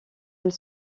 elle